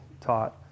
taught